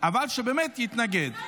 אבל שבאמת יתנגד.